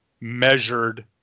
measured